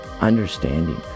understanding